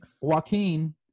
Joaquin